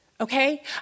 Okay